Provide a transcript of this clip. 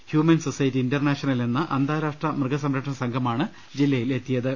humane society international എന്ന അന്താരാഷ്ട്ര മൃഗസംരക്ഷണ സംഘമാണ് ജില്ലയിൽ എത്തിയത്